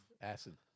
acid